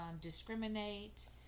discriminate